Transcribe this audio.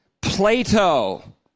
Plato